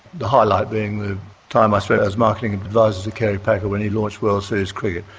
the highlight being the time i spent as marketing advisor to kerry packer when he launched world series cricket.